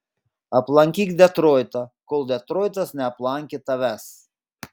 aplankyk detroitą kol detroitas neaplankė tavęs